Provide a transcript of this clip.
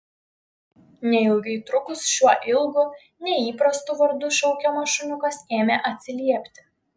neilgai trukus šiuo ilgu neįprastu vardu šaukiamas šuniukas ėmė atsiliepti